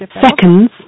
seconds